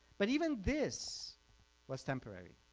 but even this was temporary.